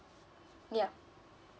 ya